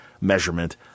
measurement